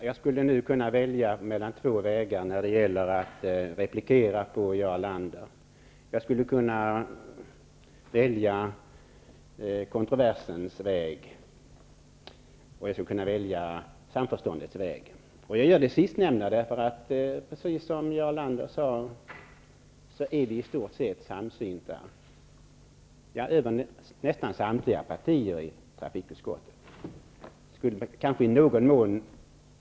Herr talman! Jag kan välja mellan två vägar när det gäller att replikera Jarl Lander. Jag kan välja kontroversens väg, och jag kan välja samförståndets väg. Jag väljer det sistnämnda därför att, precis som Jarl Lander sade, i stort sett nästan samtliga partier i trafikutskottet är samsynta.